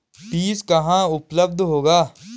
बीज कहाँ उपलब्ध होगा?